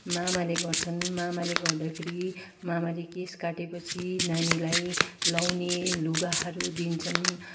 मामाले गर्छन् मामाले गर्दखेरि मामाले केश काटेपछि नानीलाई लाउने लुगाहरू दिन्छन्